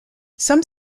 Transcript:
some